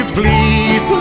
please